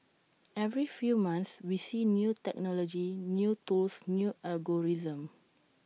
every few months we see new technology new tools new algorithms